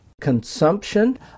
consumption